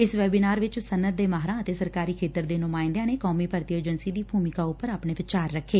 ਇਸ ਵੈਬੀਨਾਰ ਵਿਚ ਸਨੱਅਤ ਦੇ ਮਾਹਿਰਾ ਅਤੇ ਸਰਕਾਰੀ ਖੇਤਰ ਦੇ ਨੁਮਾਇੰਦਿਆ ਨੇ ਕੌਮੀ ਭਰਤੀ ਏਜੰਸੀ ਦੀ ਭੂਮਿਕਾ ਉਪਰ ਆਪਣੇ ਵਿਚਾਰ ਰੱਖੇ